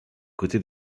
côté